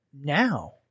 now